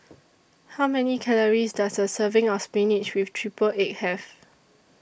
How Many Calories Does A Serving of Spinach with Triple Egg Have